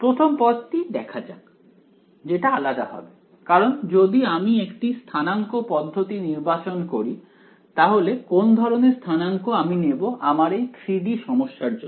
প্রথম পদটি দেখা যাক যেটা আলাদা হবে কারণ যদি আমি একটি স্থানাংক পদ্ধতি নির্বাচন করি তাহলে কোন ধরনের স্থানাঙ্ক আমি নেব আমার এই 3 D সমস্যার জন্য